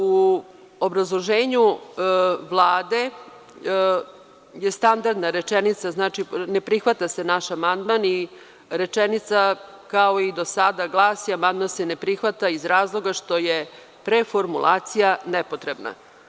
U obrazloženju Vlade je standardna rečenica – ne prihvata se naš amandman, i rečenica, kao i do sada, glasi – amandman se ne prihvata iz razloga što je preformulacija nepotrebna.